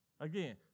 Again